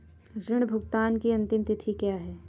ऋण भुगतान की अंतिम तिथि क्या है?